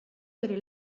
bere